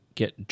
get